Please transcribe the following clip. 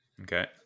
Okay